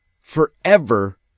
forever